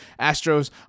Astros